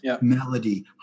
melody